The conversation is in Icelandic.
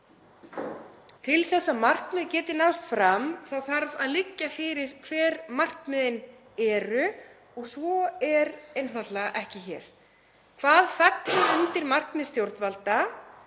Til þess að markmið geti náðst fram þarf að liggja fyrir hver markmiðin eru og svo er einfaldlega ekki hér. Hvað fellur undir markmið stjórnvalda